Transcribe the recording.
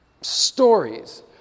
stories